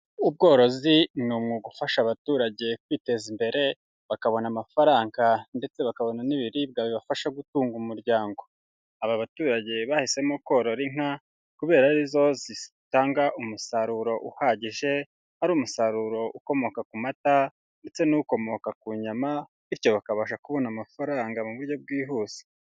Ubworozi ni umwuga ufasha abaturage kwiteza imbere, bakabona amafaranga, ndetse bakabona n'ibiribwa bibafasha gutunga umuryango, aba baturage bahisemo korora inka kubera ari zo zitanga umusaruro uhagije, ari umusaruro ukomoka ku mata, ndetse n'ukomoka ku nyama, bityo bakabasha kubona amafaranga mu buryo bwihuse.